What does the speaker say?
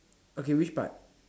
okay which part